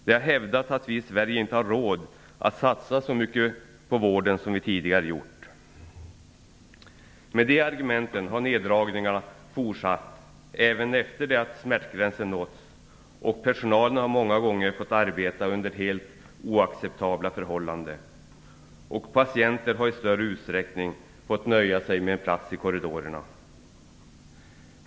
Det har hävdats att vi i Sverige inte har råd att satsa så mycket på vård som vi tidigare gjort. Med de argumenten har neddragningarna fortsatt även efter det att smärtgränsen nåtts. Personalen har många gånger fått arbeta under helt oacceptabla förhållanden, och patienter har i större utsträckning fått nöja sig med en plats i korridoren.